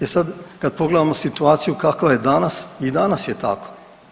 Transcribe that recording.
E sad kad pogledamo situaciju kakva je danas i danas je tako.